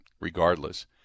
regardless